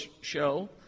Show